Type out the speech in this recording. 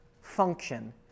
function